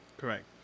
Correct